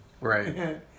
Right